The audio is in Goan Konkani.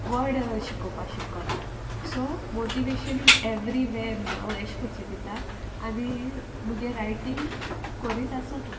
वर्ड शिकोवपा शिकोता so motivation so motivation is everywhere हांव एशे कोन चिंतोता आनी मुगे रायटींग कोरीत आसोता